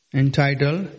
entitled